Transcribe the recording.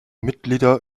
mitglieder